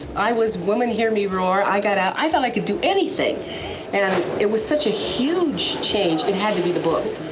i was woman hear me roar. i got out, i thought i could do anything and it was such a huge change, it had to be the books.